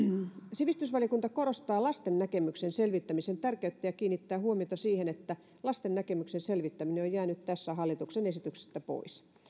sivistysvaliokunta korostaa lasten näkemysten selvittämisen tärkeyttä ja kiinnittää huomiota siihen että lasten näkemysten selvittäminen on jäänyt tästä hallituksen esityksestä pois